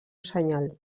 senyal